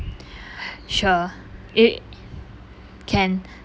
sure it can